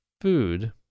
food